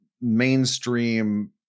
mainstream